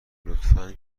لطفا